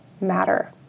matter